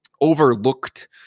overlooked